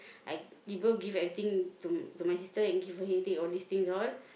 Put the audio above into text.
I even give everything to to my sister and give her headache all these things all